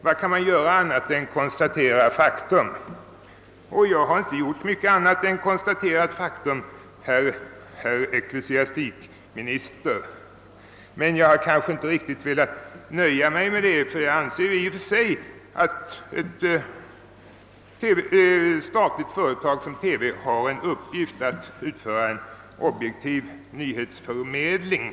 Vad kan man göra annat än konstatera faktum.» Jag har inte gjort mycket annat än konstaterat faktum här, herr ecklesiastikminister. Men jag har inte riktigt velat nöja mig med det, ty jag anser att ett statligt reglerat företag som TV i och för sig har till uppgift att utföra en objektiv nyhetsförmedling.